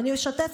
ואני משתפת,